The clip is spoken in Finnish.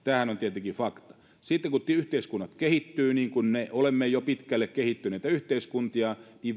tämähän on tietenkin fakta sitten kun yhteiskunnat kehittyvät niin kuin me olemme jo pitkälle kehittyneitä yhteiskuntia